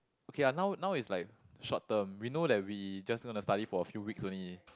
okay ah now now is like short term we know that we just gonna to study for a few weeks only